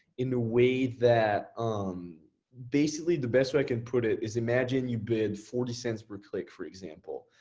in a way that um basically, the best way i can put it, is imagine you bid forty cents per click, for example,